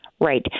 right